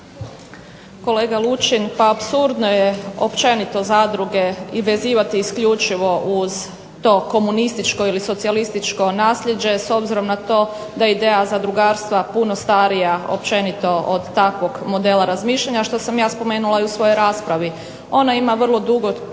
Kolega Lučin, pa apsurdno je općenito zadruge i vezivati isključivo uz to komunističko ili socijalističko naslijeđe s obzirom na to da je ideja zadrugarstva puno starija općenito od takvog modela razmišljanja što sam ja spomenula u svojoj raspravi. Ona ima vrlo dugu